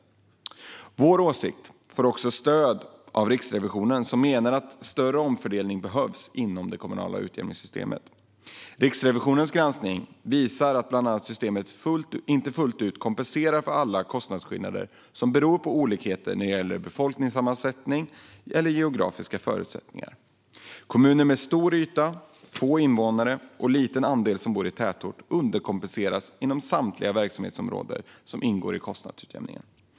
Vår åsikt får också stöd av Riksrevisionen, som menar att större omfördelning behövs inom det kommunala utjämningssystemet. Riksrevisionens granskning visar bland annat att systemet inte fullt ut kompenserar för alla kostnadsskillnader som beror på olikheter när det gäller befolkningssammansättning eller geografiska förutsättningar. Kommuner med stor yta, få invånare och liten andel som bor i tätort underkompenseras inom samtliga verksamhetsområden som omfattas av kostnadsutjämningen.